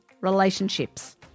relationships